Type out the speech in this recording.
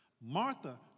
Martha